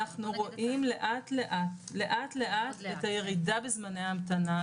אנחנו רואים לאט לאט את הירידה בזמני ההמתנה.